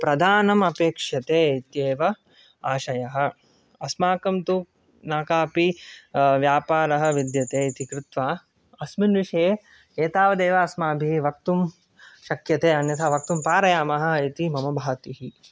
प्रदानम् अपेक्ष्यते इत्येव आशयः अस्माकन्तु न कापि व्यापारः विद्यते इति कृत्वा अस्मिन् विषये एतावदेव अस्माभिः वक्तुं शक्यते अन्यथा वक्तुं पारयामः इति मम भाति